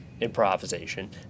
improvisation